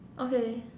okay